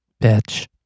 Bitch